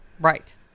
Right